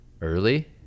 early